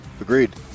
Agreed